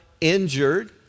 injured